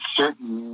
certain